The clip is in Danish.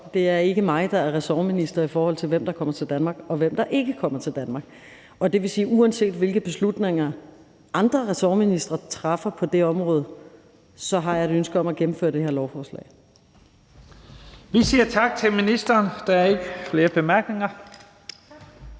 Det er ikke mig, der er ressortminister, i forhold til hvem der kommer til Danmark og hvem der ikke kommer til Danmark, og det vil sige, at uanset hvilke beslutninger andre ressortministre træffer på det område, har jeg et ønske om at gennemføre det her lovforslag. Kl. 16:19 Første næstformand (Leif Lahn Jensen): Vi siger